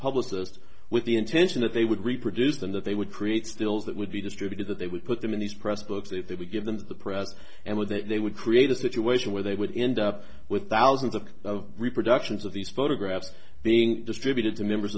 publicists with the intention that they would reproduce them that they would create stills that would be distributed that they would put them in these press books if they would give them to the press and with that they would create a situation where they would end up with thousands of reproductions of these photographs being distributed to members